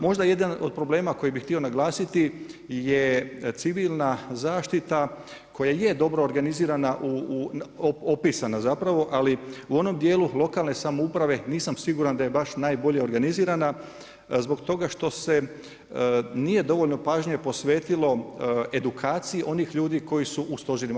Možda jedan od problema koji bi htio naglasiti je civilna zaštita koja je dobro organizirana, opisana zapravo, ali u onom djelu lokalne samouprave nisam siguran da je baš najbolje organizirana, zbog toga što se nije dovoljno pažnje posvetilo edukaciji onih ljudi koji su u stožerima.